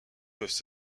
peuvent